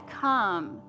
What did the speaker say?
come